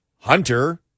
Hunter